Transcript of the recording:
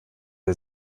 der